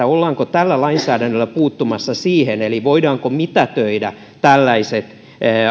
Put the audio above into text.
ollaanko tällä lainsäädännöllä puuttumassa siihen eli voidaanko mitätöidä tällaiset